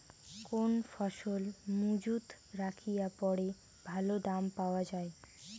কোন ফসল মুজুত রাখিয়া পরে ভালো দাম পাওয়া যায়?